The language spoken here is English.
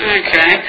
okay